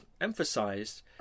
emphasized